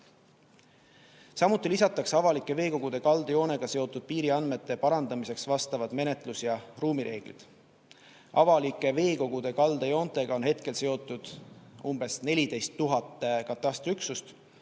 Samuti lisatakse avalike veekogude kaldajoonega seotud piiriandmete parandamiseks vastavad menetlus- ja ruumireeglid. Avalike veekogude kaldajoontega on hetkel seotud umbes 14 000 katastriüksust,